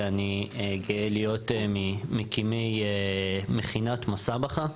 ואני גאה להיות ממקימי מכינת מסבח"ה.